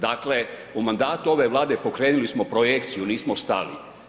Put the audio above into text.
Dakle u mandatu ove Vlade pokrenuli smo projekciju, nismo stali.